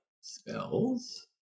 Spells